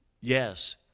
yes